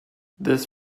this